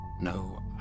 no